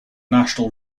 national